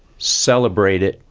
celebrate it,